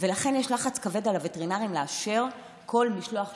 ולכן יש לחץ כבד על הווטרינרים לאשר כל משלוח שמגיע.